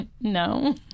No